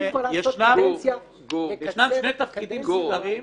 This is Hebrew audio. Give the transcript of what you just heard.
עדיף כבר לעשות קדנציה, לקצר קדנציה.